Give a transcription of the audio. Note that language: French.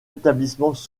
établissements